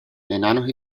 enanos